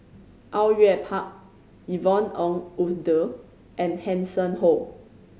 Au Yue Pak Yvonne Ng Uhde and Hanson Ho